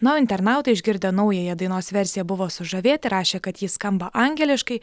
na o internautai išgirdę naująją dainos versiją buvo sužavėti rašė kad jis skamba angeliškai